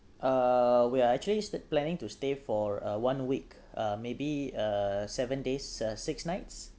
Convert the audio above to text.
uh we're actually sta~ planning to stay for uh one week uh maybe uh seven days uh six nights